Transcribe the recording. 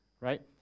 right